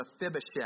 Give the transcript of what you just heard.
Mephibosheth